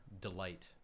delight